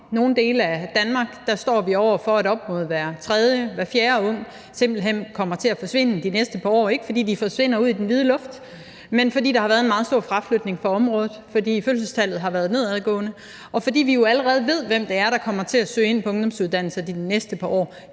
nogle dele af Danmark står vi over for, at op mod hver tredje eller fjerde ung simpelt hen kommer til at forsvinde de næste par år. Ikke fordi de forsvinder ud i den blå luft, men fordi der har været en meget stor fraflytning fra området, og fordi fødselstallet har været nedadgående, og fordi vi jo allerede ved, hvem det er, der kommer til at søge ind på ungdomsuddannelserne de næste par år